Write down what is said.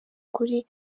ukuri